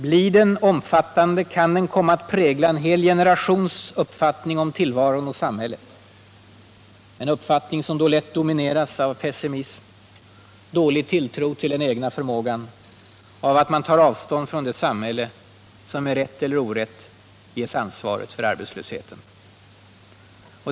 Blir den alltför omfattande kan den komma att prägla en hel generations uppfattning om tillvaron och samhället — en uppfattning som då lätt domineras av pessimism, dålig tilltro till den egna förmågan och av att man tar avstånd från det samhälle som med rätt eller orätt ges ansvaret för arbetslösheten.